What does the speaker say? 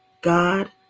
God